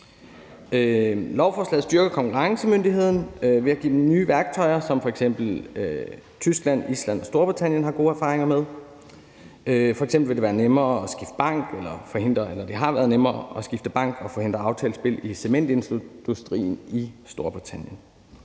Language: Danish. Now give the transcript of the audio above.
Lovforslaget styrker konkurrencemyndighederne ved at give dem nye værktøjer, hvilket f.eks. Tyskland, Island, Storbritannien har gode erfaringer med. F.eks. er det blevet nemmere at skifte bank og forhindre aftalt spil i cementindustrien i Storbritannien.